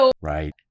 right